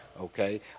okay